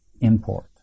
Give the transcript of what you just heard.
import